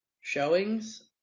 showings